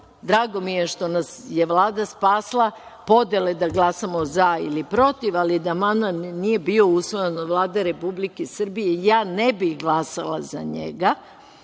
Drago mi je što nas je Vlada spasila podele da glasamo za ili protiv, ali da amandman nije bio usvojen od Vlade Republike Srbije ja ne bih glasala za njega,